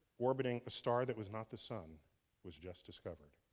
orbiting a star that was not the sun was just discovered.